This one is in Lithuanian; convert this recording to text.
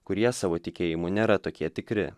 kurie savo tikėjimu nėra tokie tikri